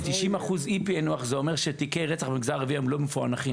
ב-90% אי-פענוח זה אומר שתיקי רצח במגזר הערבי היום לא מפוענחים.